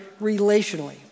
relationally